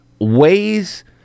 ways